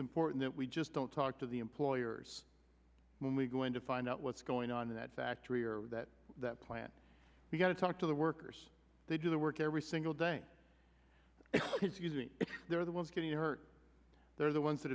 important that we just don't talk to the employers when we going to find out what's going on in that factory or that that plant we've got to talk to the workers they do the work every single day because using it they're the ones getting hurt they're the ones that